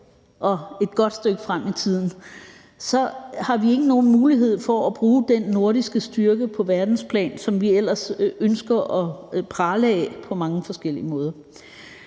og et godt stykke frem i tiden, har vi ikke nogen mulighed for at bruge den nordiske styrke på verdensplan, som vi ellers ønsker at prale af på mange forskellige måder.